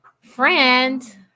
friend